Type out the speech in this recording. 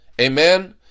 Amen